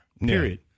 Period